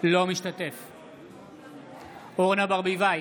אינו משתתף בהצבעה אורנה ברביבאי,